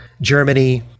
Germany